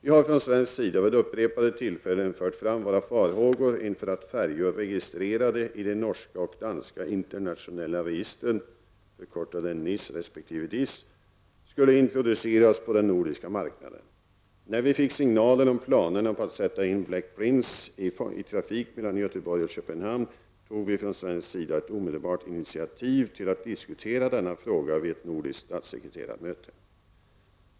Vi har från svensk sida vid upprepade tillfällen fört fram våra farhågor inför att färjor registrerade i de norska och danska internationella registren skulle introduceras på den nordiska marknaden. När vi fick signaler om planerna på att sätta in Black Prince i trafik mellan Göteborg och Köpenhamn tog vi från svensk sida ett omedelbart initiativ till att diskutera denna fråga vid ett nordiskt statssekreterarmöte.